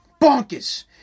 Bonkers